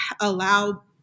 allow